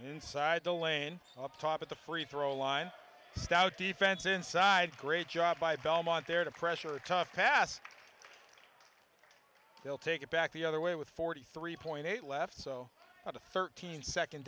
inside the lane up top at the free throw line stout defense inside great job by belmont there to pressure tough pass they'll take it back the other way with forty three point eight left so at thirteen second